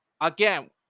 Again